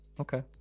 okay